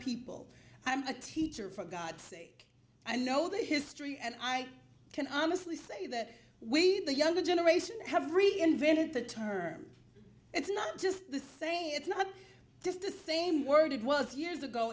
people i'm a teacher for godsake i know the history and i can honestly say that we the younger generation have reinvented the term it's not just the saying it's not just the same word it was years ago